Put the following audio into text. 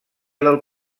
del